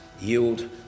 yield